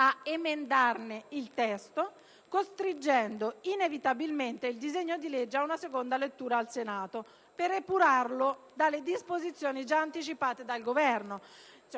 ad emendarne il testo, costringendo inevitabilmente il disegno di legge ad una seconda lettura al Senato, per espungere le disposizioni già anticipate dal Governo.